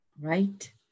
Right